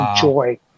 joy